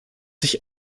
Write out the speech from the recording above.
sich